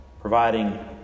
providing